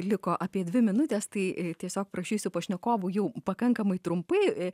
liko apie dvi minutes tai tiesiog prašysiu pašnekovų jau pakankamai trumpai